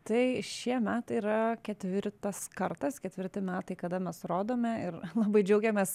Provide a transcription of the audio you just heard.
tai šie metai yra ketvirtas kartas ketvirti metai kada mes rodome ir labai džiaugiamės